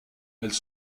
elles